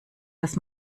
dass